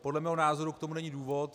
Podle mého názoru k tomu není důvod.